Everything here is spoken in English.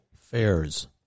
fairs